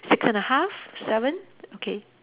six and a half seven okay